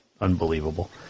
unbelievable